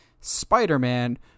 spider-man